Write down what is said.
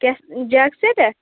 کیٛاہ جَگ سیٹَہ